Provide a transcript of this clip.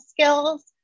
skills